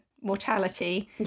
mortality